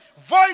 void